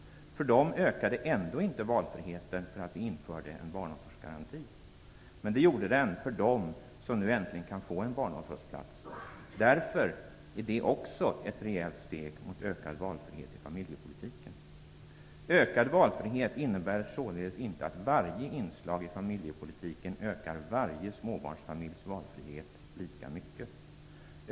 För dem ökade ändå inte valfriheten för att vi införde en barnomsorgsgaranti. Men det gjorde den för dem som nu äntligen kan få en barnomsorgsplats. Därför är det också ett rejält steg mot ökad valfrihet i familjepolitiken. Ökad valfrihet innebär således inte att varje inslag i familjepolitiken ökar varje småbarnsfamiljs valfrihet lika mycket.